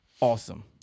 Awesome